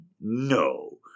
No